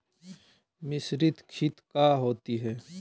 मिसरीत खित काया होती है?